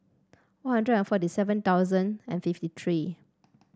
One Hundred and forty seven thousand and fifty three